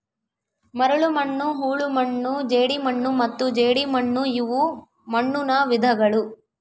ಮರಳುಮಣ್ಣು ಹೂಳುಮಣ್ಣು ಜೇಡಿಮಣ್ಣು ಮತ್ತು ಜೇಡಿಮಣ್ಣುಇವು ಮಣ್ಣುನ ವಿಧಗಳು